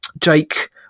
Jake